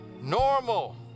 normal